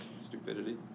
stupidity